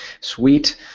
Sweet